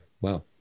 Wow